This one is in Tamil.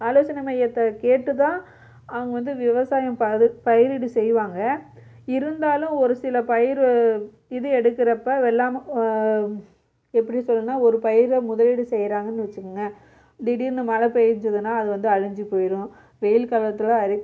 ஆலோசனை மையத்தில் கேட்டுதான் அவங்க வந்து விவசாயம் ப இது பயிரிடு செய்வாங்க இருந்தாலும் ஒரு சில பயிர் இது எடுக்கிறப்ப வெள்ளாமை எப்படி சொல்றேன்னா ஒரு பயிரை முதலீடு செய்யறாங்கன்னு வச்சுக்கொங்க திடீர்ன்னு மழை பெய்ஞ்சிதுன்னா அது வந்து அழிஞ்சு போயிடும் வெயில் காலத்தில் அது